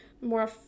more